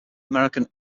american